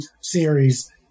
series